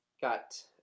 got